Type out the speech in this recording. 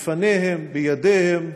בפניהם, בידיהם,